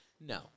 No